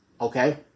Okay